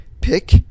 Pick